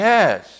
Yes